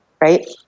right